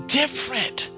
different